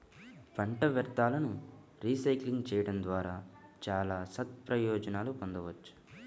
పంట వ్యర్థాలను రీసైక్లింగ్ చేయడం ద్వారా చాలా సత్ప్రయోజనాలను పొందవచ్చు